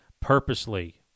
purposely